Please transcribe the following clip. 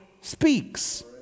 speaks